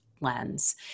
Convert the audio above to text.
lens